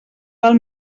val